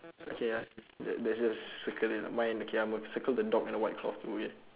okay ah let's just circle it lah mine I'm okay I'm gonna circle the dog and the white cloth